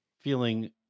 feeling